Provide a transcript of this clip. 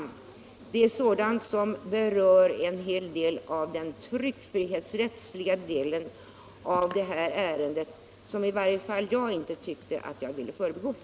Det gäller sådant som berör en hel del av den tryckfrihetsrättsliga sidan av detta ärende som i varje fall jag inte tyckte att jag ville förbigå.